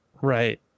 Right